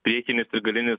priekinis ir galinis